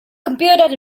computed